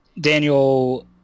Daniel